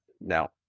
Now